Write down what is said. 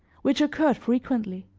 which occurred frequently.